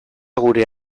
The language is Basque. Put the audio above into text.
gure